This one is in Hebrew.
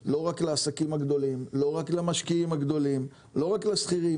לא בקורונה ולא בשגרה.